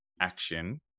action